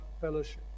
fellowship